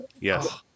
yes